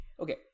Okay